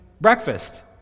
breakfast